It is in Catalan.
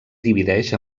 divideix